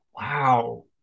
Wow